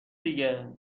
دیگه